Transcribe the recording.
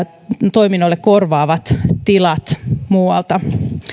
toiminnoille korvaavat tilat muualta